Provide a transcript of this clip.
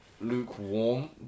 lukewarm